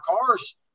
cars